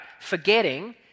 forgetting